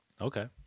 Okay